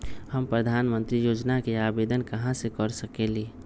हम प्रधानमंत्री योजना के आवेदन कहा से कर सकेली?